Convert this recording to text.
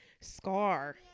scar